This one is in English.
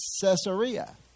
Caesarea